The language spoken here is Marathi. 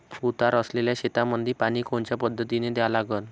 उतार असलेल्या शेतामंदी पानी कोनच्या पद्धतीने द्या लागन?